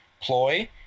ploy